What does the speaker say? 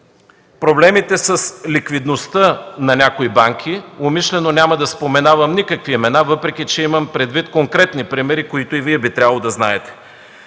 проблемите с ликвидността на някои банки – умишлено няма да споменавам никакви имена, въпреки че имам предвид конкретни примери, които и Вие би трябвало да знаете?